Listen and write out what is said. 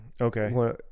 Okay